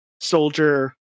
soldier